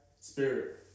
spirit